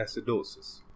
acidosis